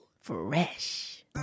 Fresh